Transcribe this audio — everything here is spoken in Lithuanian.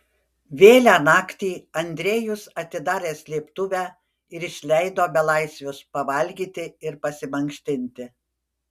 vėlią naktį andrejus atidarė slėptuvę ir išleido belaisvius pavalgyti ir pasimankštinti